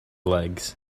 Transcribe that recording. legs